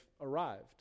arrived